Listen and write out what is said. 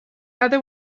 other